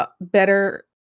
better